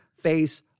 face